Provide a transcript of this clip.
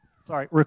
Sorry